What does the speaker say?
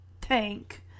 tank